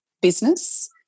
business